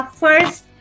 first